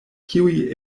kiuj